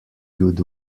good